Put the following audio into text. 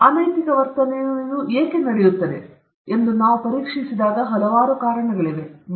ಮತ್ತು ಅನೈತಿಕ ವರ್ತನೆಯು ಏಕೆ ನಡೆಯುತ್ತದೆ ಎಂಬುದನ್ನು ಪರೀಕ್ಷಿಸಿದಾಗ ಇದಕ್ಕೆ ಹಲವಾರು ಕಾರಣಗಳಿವೆ ಎಂದು ನಾವು ನೋಡಬಹುದು